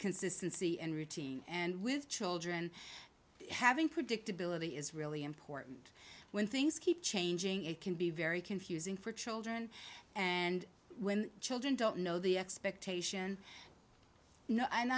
consistency and routine and with children having predictability is really important when things keep changing it can be very confusing for children and when children don't know the expectation